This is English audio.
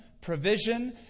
provision